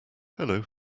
hello